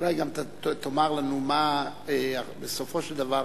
אולי גם תאמר לנו מה בסופו של דבר